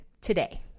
today